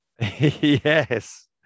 Yes